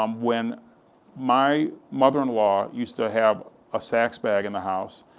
um when my mother-in-law used to have a saks bag in the house,